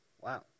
Wow